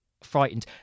frightened